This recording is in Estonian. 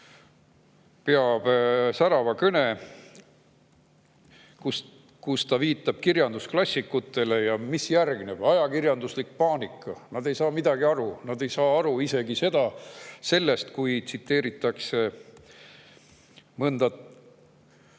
siin särava kõne, kus ta viitab kirjandusklassikutele, siis mis järgneb? Ajakirjanduslik paanika! Nad ei saa midagi aru! Nad ei saa aru isegi sellest, kui tsiteeritakse mõnda